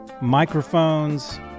microphones